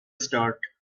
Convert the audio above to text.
start